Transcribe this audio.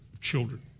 children